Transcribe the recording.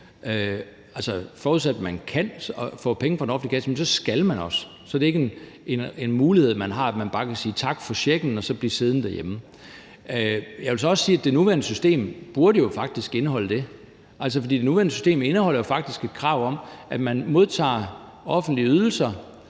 kasse, forudsat at man kan få penge fra den offentlige kasse, så skal man også arbejde . Så er det ikke en mulighed, man har, at man bare kan sige tak for checken og så blive siddende derhjemme. Jeg vil så også sige, at det nuværende system faktisk burde indeholde det, for det nuværende system indeholder jo faktisk et krav om, at man modtager offentlige ydelser,